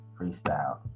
freestyle